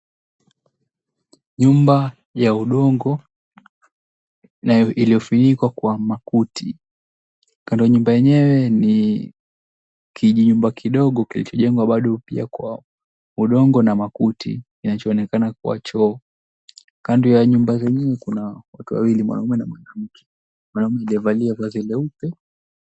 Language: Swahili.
Nyumba ya udongo iliyofunikwa kwa makuti. Kando ya nyumba yenyewe kijumba kidogo kilichojengwa bado kwa udongo na makuti kinachoonekana kuwa choo. Kando ya nyumba zenyewe kuna watu wawili: mwanaume na mwanamke. Mwanaume amevalia vazi leupe.